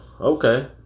okay